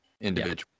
individual